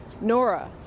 Nora